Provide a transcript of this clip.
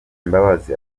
mbabazi